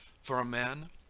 for a man,